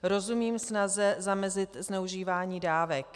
Rozumím snaze zamezit zneužívání dávek.